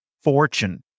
fortune